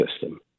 system